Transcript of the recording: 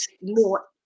more